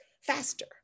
faster